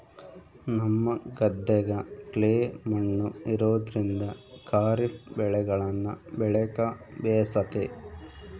ನಮ್ಮ ಗದ್ದೆಗ ಕ್ಲೇ ಮಣ್ಣು ಇರೋದ್ರಿಂದ ಖಾರಿಫ್ ಬೆಳೆಗಳನ್ನ ಬೆಳೆಕ ಬೇಸತೆ